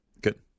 Good